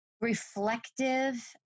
reflective